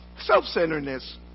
Self-centeredness